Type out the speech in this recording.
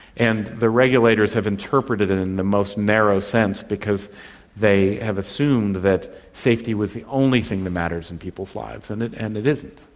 and the regulators have interpreted it in the most narrow sense because they have assumed that safety was the only thing that matters in people's lives, and it and it isn't.